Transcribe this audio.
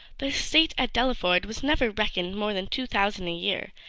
the estate at delaford was never reckoned more than two thousand a year,